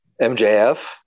MJF